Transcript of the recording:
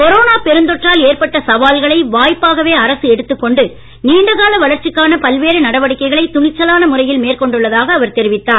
corona பெருந் தொற்றால் ஏற்பட்ட சவால்களை வாய்ப்பாகவே அரசு எடுத்துக் கொண்டு நீண்ட கால வளர்ச்சிக்கான பல்வேறு நடவடிக்கைகளை துணிச்சலான முறையில் மேற்கொண்டுள்ளதாக அவர் தெரிவித்தார்